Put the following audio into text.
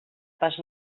pas